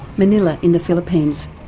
manilla in the philippines.